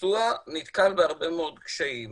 לביצוע נתקל בהרבה מאוד קשיים.